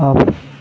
off